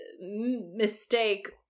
mistake